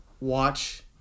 watch